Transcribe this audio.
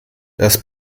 das